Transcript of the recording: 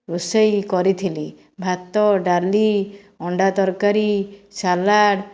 ରୋଷେଇ କରିଥିଲି ଭାତ ଡାଲି ଅଣ୍ଡା ତରକାରୀ ସାଲାଡ୍